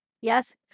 yes